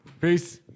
Peace